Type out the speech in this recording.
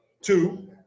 two